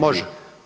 Može.